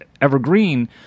evergreen